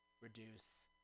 reduce